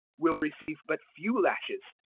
will receive but few lashes.